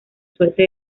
suerte